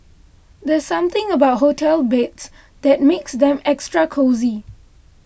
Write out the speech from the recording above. there's something about hotel beds that makes them extra cosy